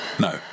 No